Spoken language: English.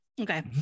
Okay